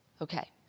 Okay